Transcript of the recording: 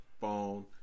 phone